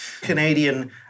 Canadian